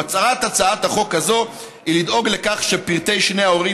מטרת הצעת החוק הזאת היא לדאוג לכך שפרטי שני ההורים